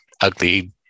ugly